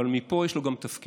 אבל מפה יש לו גם תפקיד.